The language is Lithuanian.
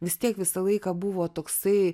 vis tiek visą laiką buvo toksai